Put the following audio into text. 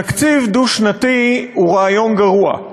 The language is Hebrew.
תקציב דו-שנתי הוא רעיון גרוע,